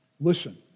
Listen